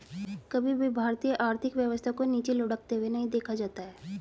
कभी भी भारतीय आर्थिक व्यवस्था को नीचे लुढ़कते हुए नहीं देखा जाता है